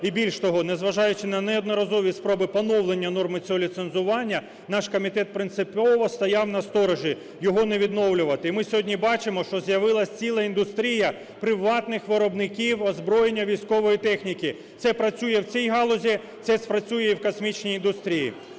І, більш того, незважаючи на неодноразові спроби поновлення норми цього ліцензування, наш комітет принципово стояв насторожі - його не відновлювати. І ми сьогодні бачимо, що з'явилася ціла індустрія приватних виробників озброєння, військової техніки. Це працює в цій галузі – це спрацює і в космічній індустрії.